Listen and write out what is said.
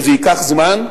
וזה ייקח זמן.